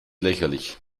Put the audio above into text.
lächerlich